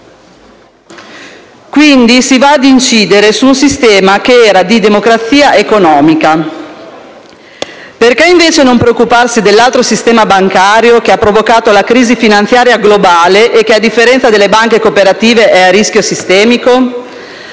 Quindi, si va ad incidere su un sistema che era di democrazia economica. Perché, invece, non preoccuparsi dell'altro sistema bancario, che ha provocato la crisi finanziaria globale e che, a differenza delle banche cooperative, è a rischio sistemico?